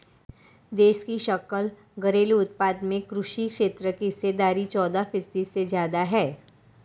देश की सकल घरेलू उत्पाद में कृषि क्षेत्र की हिस्सेदारी चौदह फीसदी से ज्यादा है